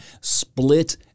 split